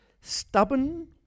stubborn